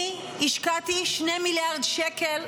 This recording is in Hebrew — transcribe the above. אני השקעתי 2 מיליארד שקל,